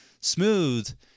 smooth